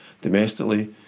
domestically